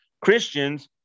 Christians